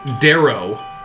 Darrow